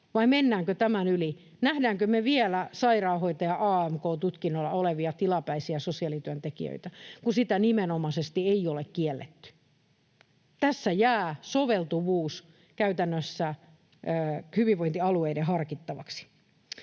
vai mennäänkö tämän yli. Nähdäänkö me vielä sairaanhoitaja (AMK) ‑tutkinnolla olevia tilapäisiä sosiaalityöntekijöitä, kun sitä nimenomaisesti ei ole kielletty? Tässä jää soveltuvuus käytännössä hyvinvointialueiden harkittavaksi.